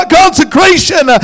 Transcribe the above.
consecration